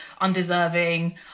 undeserving